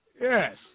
Yes